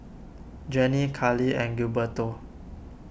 Janie Carli and Gilberto